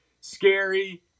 scary